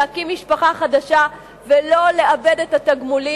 להקים משפחה חדשה ולא לאבד את התגמולים.